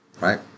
Right